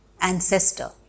ancestor